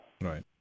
right